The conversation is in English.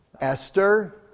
Esther